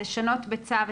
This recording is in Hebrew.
לשנות בצו,